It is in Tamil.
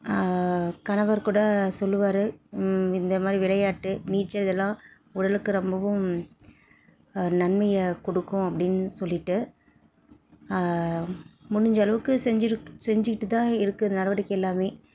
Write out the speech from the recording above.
கணவர் கூட சொல்லுவார் இந்த மாதிரி விளையாட்டு நீச்சல் இதெல்லாம் உடலுக்கு ரொம்பவும் நன்மையை கொடுக்கும் அப்படின் சொல்லிகிட்டு முடிஞ்ச அளவுக்கு செஞ்சுருக் செஞ்சுட்டு தான் இருக்கிற நடவடிக்கை எல்லாமே